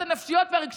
הכול מסחרה.